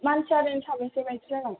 मानसिया ओरैनो साबैसे बायदि जागोन